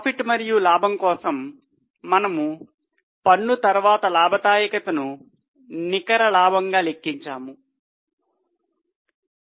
P మరియు L కోసం మనము పన్ను తర్వాత లాభదాయకతను నికర లాభంగా లెక్కించాము